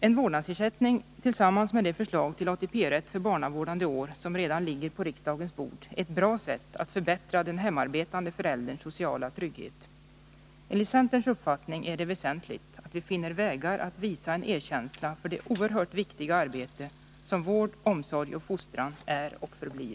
En vårdnadsersättning tillsammans med det förslag till ATP-poäng för barnavårdande år som redan ligger på riksdagens bord är ett bra sätt att förbättra den hemarbetande förälderns sociala trygghet. Enligt centerns uppfattning är det väsentligt att vi finner vägar för att visa en erkänsla för det oerhört viktiga arbete som vård, omsorg och fostran är och förblir.